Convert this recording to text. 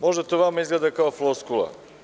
Možda to vama izgleda kao floskula.